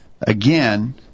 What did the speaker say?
Again